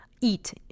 eat